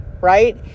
right